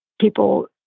people